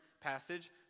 passage